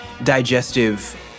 digestive